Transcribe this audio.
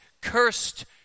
cursed